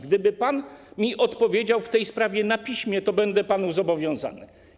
Gdyby pan opowiedział mi w tej sprawie na piśmie, to będę panu zobowiązany.